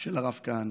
של הרב כהנא,